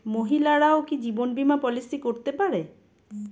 মহিলারাও কি জীবন বীমা পলিসি করতে পারে?